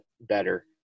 better